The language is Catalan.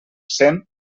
cent